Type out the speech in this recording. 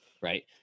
Right